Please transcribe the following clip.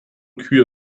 kühe